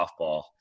softball